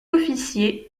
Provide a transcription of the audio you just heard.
officier